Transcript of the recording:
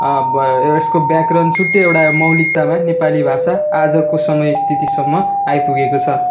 ब यसको व्याकरण छुट्टै एउटा मौलिकतामा नेपाली भाषा आजको समय स्थितिसम्म आइपुगेको छ